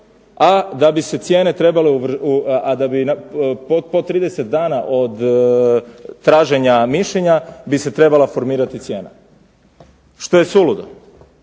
a da bi se cijene trebale, a da bi po 30 dana od traženja mišljenja bi se trebala formirati cijena, što je suludo.